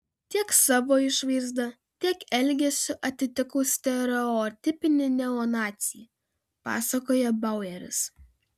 tiek savo išvaizda tiek elgesiu atitikau stereotipinį neonacį pasakoja baueris